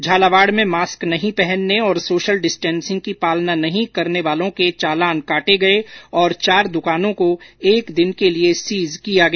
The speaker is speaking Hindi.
झालावाड में मास्क नहीं पहनने और सोशल डिस्टेंसिंग की पालना नहीं करने वालो के चालान काटे गये और चार दुकानों को एक दिन के लिए सीज किया गया